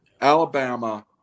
Alabama